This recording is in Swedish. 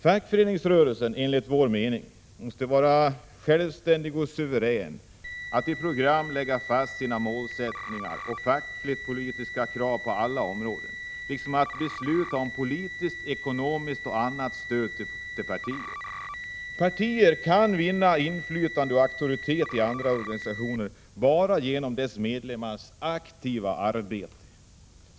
Fackföreningsrörelsen måste vara självständig och suverän att i program lägga fast sina målsättningar och fackligt-politiska krav på alla områden liksom att besluta om politiskt, ekonomiskt och annat stöd till partier. Partier kan vinna inflytande och auktoritet i andra organisationer bara genom dess medlemmars aktiva arbete.